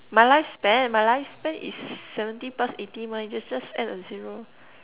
my life span my life span is seventy plus eighty mah just just add a zero